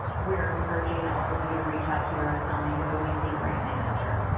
we are encouraging all of you to reach out to your assigned ovc grant manager.